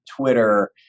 Twitter